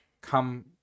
come